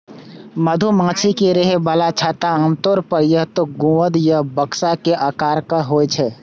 मधुमाछी के रहै बला छत्ता आमतौर पर या तें गुंबद या बक्सा के आकारक होइ छै